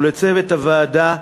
ולצוות הוועדה,